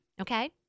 okay